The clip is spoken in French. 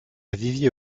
vivier